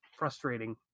Frustrating